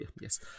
yes